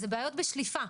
זה בעיות בשליפה,